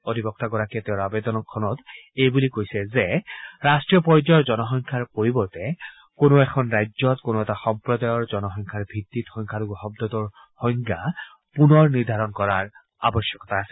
অধিবক্তাগৰাকীয়ে তেওঁৰ আৱেদনখনত এই বুলি কৈছে যে ৰষ্ট্ৰীয় পৰ্যায়ৰ জনসংখ্যাৰ পৰিৱৰ্তে কোনো এখন ৰাজ্যত কোনো এটা সম্প্ৰদায়ৰ জনসংখ্যাৰ ভিত্তিত সংখ্যালঘু শব্দটোৰ সংজ্ঞা পুনৰ নিৰ্ধাৰণ কৰাৰ আৱশ্যকতা আছে